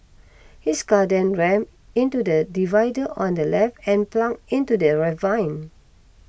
his car then rammed into the divider on the left and plunged into the ravine